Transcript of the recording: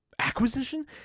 Acquisition